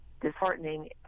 disheartening